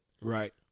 Right